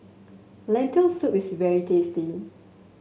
Lentil Soup is very tasty